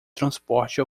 transporte